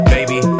Baby